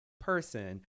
person